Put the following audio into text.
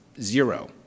zero